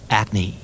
acne